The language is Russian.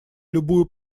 любую